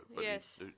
Yes